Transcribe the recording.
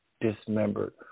Dismembered